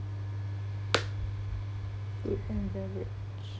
food and beverage